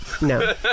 No